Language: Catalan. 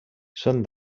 són